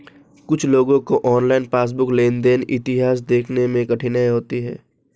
कुछ लोगों को ऑनलाइन पासबुक लेनदेन इतिहास देखने में कठिनाई होती हैं